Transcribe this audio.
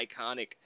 iconic